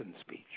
speech